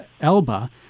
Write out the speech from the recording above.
Elba